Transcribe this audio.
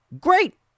great